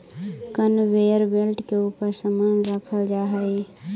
conveyor belt के ऊपर समान रखल जा हई